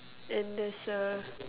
and there's a